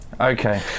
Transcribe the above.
Okay